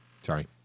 Sorry